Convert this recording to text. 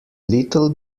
little